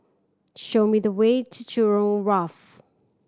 show me the way to Jurong Wharf